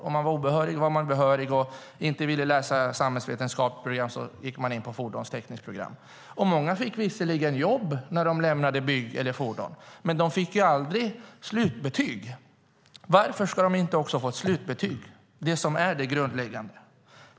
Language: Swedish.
Var man behörig men inte ville läsa samhällsvetenskapligt program gick man fordonstekniskt program. Många fick visserligen jobb när de lämnade bygg eller fordon, men de fick aldrig slutbetyg. Varför ska de inte få ett slutbetyg? Det är ju grundläggande.